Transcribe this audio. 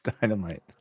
dynamite